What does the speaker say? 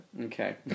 Okay